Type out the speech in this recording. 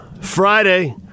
Friday